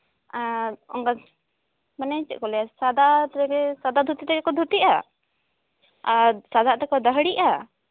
ᱚᱱᱠᱟ ᱢᱟᱱᱮ ᱪᱮᱫ ᱠᱚ ᱞᱟᱹᱭᱟ ᱥᱟᱫᱟ ᱰᱨᱮᱥ ᱥᱟᱫᱟ ᱫᱷᱩᱛᱤ ᱛᱮᱜᱮ ᱠᱚ ᱫᱷᱩᱛᱤᱜᱼᱟ ᱟᱨ ᱥᱟᱫᱟᱱᱟᱜ ᱛᱮᱠᱚ ᱫᱟᱹᱦᱲᱤᱜᱼᱟ